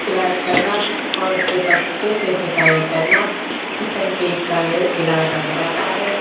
इलाज करना और उसे पत्ते से सिकाई करना इस तरीके का इलाज दिया जाता है